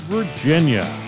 Virginia